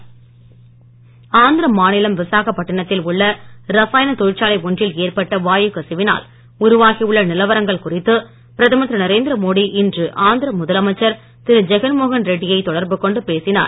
மோடி ஆந்திரா ஆந்திர மாநிலம் விசாகப் பட்டிணத்தில் உள்ள ரசாயனத் தொழிற்சாலை ஒன்றில் ஏற்பட்ட வாயுக் கசிவினால் உருவாகி உள்ள நிலவரங்கள் குறித்து பிரதமர் திரு நரேந்திர மோடி இன்று ஆந்திர முதலமைச்சர் திரு ஜெகன் மோகன் ரெட்டியை தொடர்பு கொண்டு பேசினார்